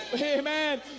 Amen